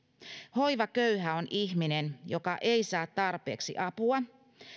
hoivaköyhä on ihminen joka ei saa tarpeeksi apua